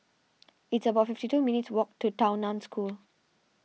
it's about fifty two minutes' walk to Tao Nan School